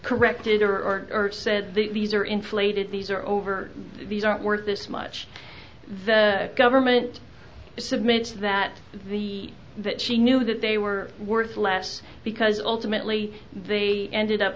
corrected or urged said the these are inflated these are over these aren't worth this much the government is submitted that the that she knew that they were worth less because ultimately they ended up